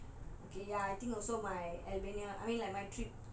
okay ya I think also my albania mean like my trip